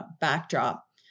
backdrop